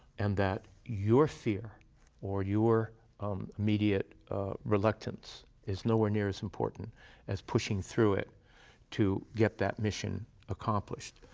and that your fear or your immediate reluctance is nowhere near as important as pushing through it to get that mission accomplished.